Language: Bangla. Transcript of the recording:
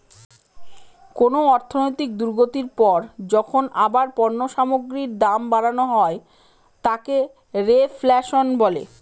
কোন অর্থনৈতিক দুর্গতির পর যখন আবার পণ্য সামগ্রীর দাম বাড়ানো হয় তাকে রেফ্ল্যাশন বলে